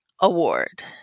award